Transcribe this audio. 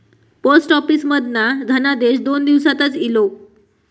post office मधना धनादेश दोन दिवसातच इलो